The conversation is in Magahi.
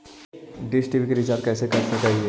डीश टी.वी के रिचार्ज कैसे कर सक हिय?